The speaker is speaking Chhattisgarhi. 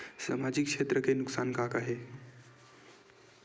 सामाजिक क्षेत्र के नुकसान का का हे?